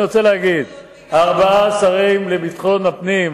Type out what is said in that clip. אני רוצה להגיד שארבעה שרים לביטחון הפנים,